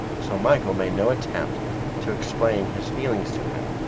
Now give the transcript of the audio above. so michael made no attempt to explain his feelings to him,